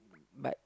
but